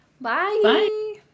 Bye